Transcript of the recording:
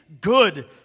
good